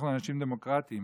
אנחנו אנשים דמוקרטיים,